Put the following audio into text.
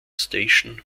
station